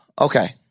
Okay